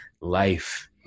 life